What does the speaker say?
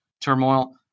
Turmoil